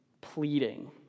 pleading